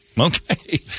Okay